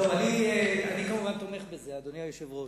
אני כמובן תומך בזה, אדוני היושב-ראש.